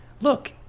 look